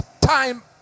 time